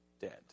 dead